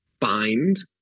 find